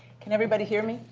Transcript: can everybody hear me